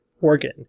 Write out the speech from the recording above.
organ